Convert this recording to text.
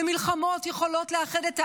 מלחמות יכולות לאחד את העם,